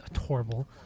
horrible